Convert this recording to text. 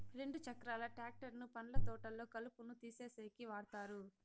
రెండు చక్రాల ట్రాక్టర్ ను పండ్ల తోటల్లో కలుపును తీసేసేకి వాడతారు